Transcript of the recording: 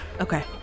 Okay